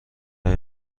های